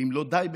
ואם לא די בכך,